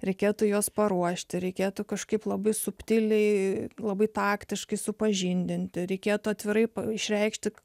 reikėtų juos paruošti reikėtų kažkaip labai subtiliai labai taktiškai supažindinti reikėtų atvirai išreikšti